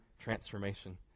transformation